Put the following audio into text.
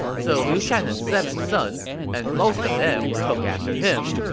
so liu shan had seven sons, and most of them took after him,